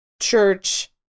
church